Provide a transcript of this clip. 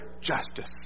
justice